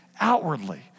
outwardly